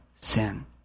Sin